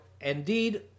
indeed